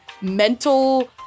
mental